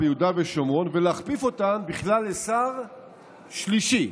ביהודה ושומרון ולהכפיף אותן בכלל לשר שלישי.